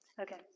Okay